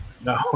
No